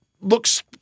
Looks